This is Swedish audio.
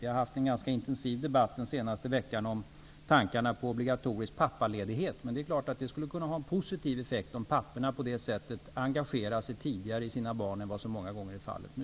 Vi har haft en intensiv debatt den senaste veckan angående tankarna på en obligatorisk pappaledighet. Det är klart att det skulle kunna ha en positiv effekt om papporna engagerar sig tidigare i sina barn än vad som många gånger är fallet nu.